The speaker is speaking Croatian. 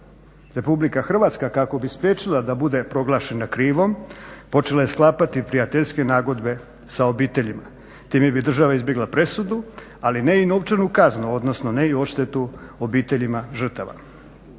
Republika Hrvatska kako bi spriječila da bude proglašena krivom počela je sklapati prijateljske nagodbe sa obiteljima. Time bi država izbjegla presudu, ali ne i novčanu kaznu, odnosno ne i odštetu obiteljima žrtava.